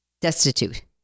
destitute